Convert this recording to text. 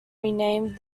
renamed